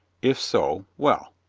if so, well.